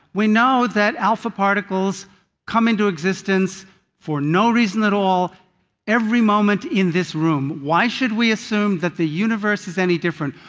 we know that alpha particles come into existence for no reason at all every moment in this room. why should we assume that the universe is any different?